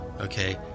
okay